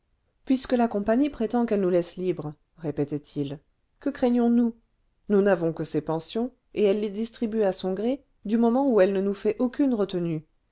puisque la compagnie prétend qu'elle nous laisse libres répétait-il que craignons-nous nous n'avons que ses pensions et elle les distribue à son gré du moment où elle ne nous fait aucune retenue